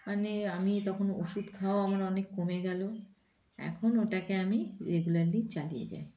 মানে আমি তখন ওষুধ খাওয়া আমার অনেক কমে গেল এখন ওটাকে আমি রেগুলারলি চালিয়ে যাই